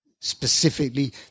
specifically